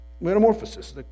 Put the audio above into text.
Metamorphosis